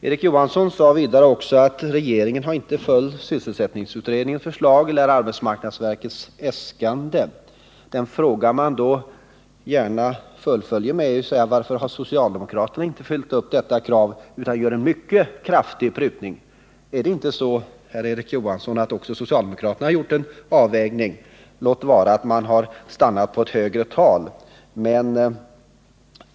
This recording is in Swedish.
Erik Johansson sade vidare att regeringen inte har följt sysselsättningsutredningens förslag eller arbetsmarknadsverkets äskande. Den fråga man då gärna ställer är: Varför har inte socialdemokraterna följt detta krav utan gjort en mycket kraftig prutning? Är det inte så, herr Erik Johansson, att även socialdemokraterna gjort en avvägning — låt vara att man har stannat på ett högre tal?